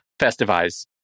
festivize